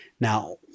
Now